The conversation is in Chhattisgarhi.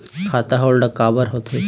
खाता होल्ड काबर होथे?